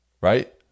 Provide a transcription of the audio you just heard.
right